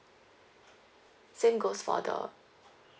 same goes for the